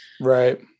right